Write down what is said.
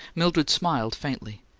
mildred smiled faintly.